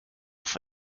for